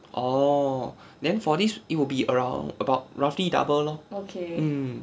orh then for this it will be around about roughly double lor mm